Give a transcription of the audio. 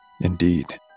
Indeed